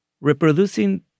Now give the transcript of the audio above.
reproducing